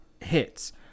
hits